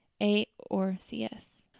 a. or c s.